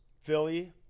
philly